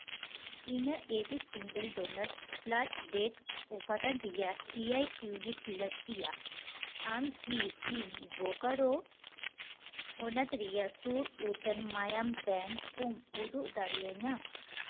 ᱤᱧᱟᱹᱜ A B single donor platelet ᱩᱯᱟᱫᱟᱱ ᱨᱮᱭᱟᱜ ᱮᱭᱟᱭ ᱤᱭᱩᱱᱤᱴ ᱞᱟᱹᱠᱛᱤᱭᱟ ᱟᱢ ᱠᱤ ᱤᱧ ᱵᱳᱠᱟᱨᱳ ᱦᱚᱱᱚᱛ ᱨᱮᱭᱟᱜ ᱥᱩᱨ ᱩᱛᱟᱹᱨ ᱢᱟᱭᱟᱢ ᱵᱮᱝᱠ ᱠᱚᱢ ᱩᱫᱩᱜ ᱫᱟᱲᱮᱭᱟᱹᱧᱟᱹ